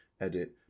edit